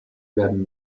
werden